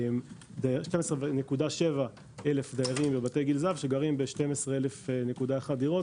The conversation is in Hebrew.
12,700 דיירים בבתי גיל זהב שגרים ב-12,100 דירות.